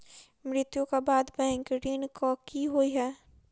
मृत्यु कऽ बाद बैंक ऋण कऽ की होइ है?